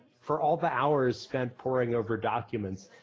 for all the hours spent pouring over documents,